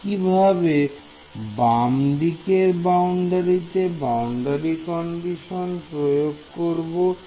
একইভাবে বামদিকের বাউন্ডারিতে বাউন্ডারি কন্ডিশন প্রয়োগ করব